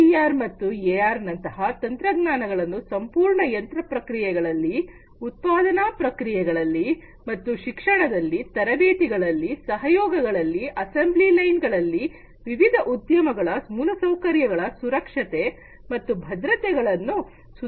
ಈ ವಿಆರ್ ಮತ್ತು ಎಆರ್ ನಂತಹ ತಂತ್ರಜ್ಞಾನಗಳನ್ನು ಸಂಪೂರ್ಣ ಯಂತ್ರ ಪ್ರಕ್ರಿಯೆಗಳಲ್ಲಿ ಉತ್ಪಾದನಾ ಪ್ರಕ್ರಿಯೆಗಳಲ್ಲಿ ಮತ್ತು ಶಿಕ್ಷಣದಲ್ಲಿ ತರಬೇತಿಗಳಲ್ಲಿ ಸಹಯೋಗ ಗಳಲ್ಲಿ ಅಸೆಂಬ್ಲಿ ಲೈನ್ ಗಳಲ್ಲಿ ವಿವಿಧ ಉದ್ಯಮಗಳ ಮೂಲಸೌಕರ್ಯಗಳ ಸುರಕ್ಷತೆ ಮತ್ತು ಭದ್ರತೆ ಗಳನ್ನು ಸುಧಾರಿಸಲು ಉಪಯೋಗಿಸಬಹುದು